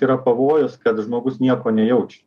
yra pavojus kad žmogus nieko nejauč